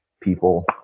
people